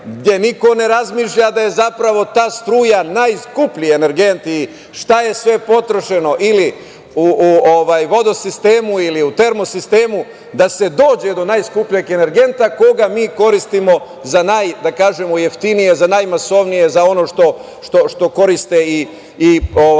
gde niko ne razmišlja da je zapravo ta struja najskuplji energent i šta je sve potrošeno ili u vodosistemu ili u termosistemu da se dođe do najskupljeg energenta koga mi koristimo za najjeftinije, za najmasovnije, za ono što koriste i